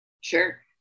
Sure